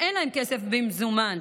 ואין להן כסף מזומן,